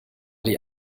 die